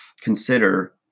consider